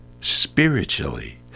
spiritually